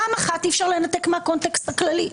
אי-אפשר לנתק מהקונטקסט הכללי,